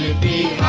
be